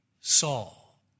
Saul